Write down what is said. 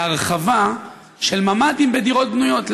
להרחבה של ממ"דים בדירות בנויות,